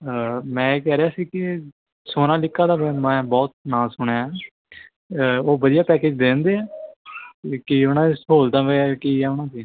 ਮੈਂ ਇਹ ਕਹਿ ਰਿਹਾ ਸੀ ਕਿ ਸੋਨਾਲੀਕਾ ਦਾ ਮੈਂ ਬਹੁਤ ਨਾਂ ਸੁਣਿਆ ਉਹ ਵਧੀਆ ਪੈਕੇਜ ਦੇ ਦਿੰਦੇ ਆ ਕੀ ਉਹਨਾਂ ਦੀਆਂ ਸਹੂਲਤਾਂ ਵਗੈਰਾ ਕੀ ਆ ਉਹਨਾਂ ਦੀ